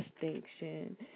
distinction